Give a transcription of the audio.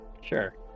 Sure